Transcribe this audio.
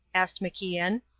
asked macian.